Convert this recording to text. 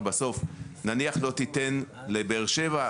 נניח שלא תיתן לבאר שבע,